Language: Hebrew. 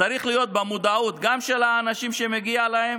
צריך להיות במודעות גם של האנשים שמגיע להם